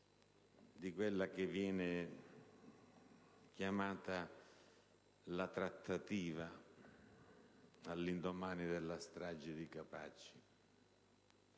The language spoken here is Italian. di quella che viene chiamata la trattativa all'indomani della strage di Capaci.